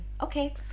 Okay